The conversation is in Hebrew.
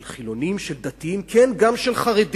של חילונים, של דתיים, כן, גם של חרדים.